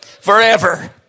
forever